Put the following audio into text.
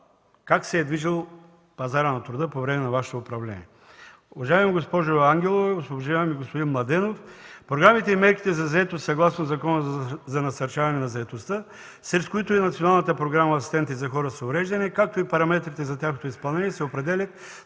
как се е движел пазарът на труда по време на Вашето управление. Уважаема госпожо Ангелова, уважаеми господин Младенов, програмите и мерките за заетост съгласно Закона за насърчаване на заетостта, сред които е и Националната програма „Асистенти за хора с увреждания”, както и параметрите за тяхното изпълнение се определят